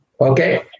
Okay